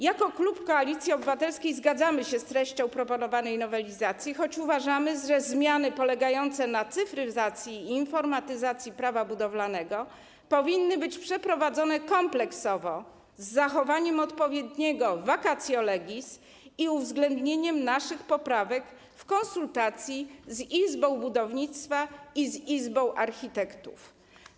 Jako klub Koalicji Obywatelskiej zgadzamy się z treścią proponowanej nowelizacji, choć uważamy, że zmiany polegające na cyfryzacji i informatyzacji Prawa budowlanego powinny być przeprowadzone kompleksowo, z zachowaniem odpowiedniego vacatio legis i uwzględnieniem naszych poprawek, z uwzględnieniem konsultacji z izbą budownictwa i z Izbą Architektów.